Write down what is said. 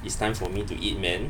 it's time for me to eat man